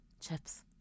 Chips